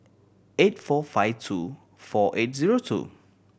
eight four five two four eight zero two